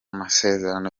masezerano